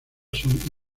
son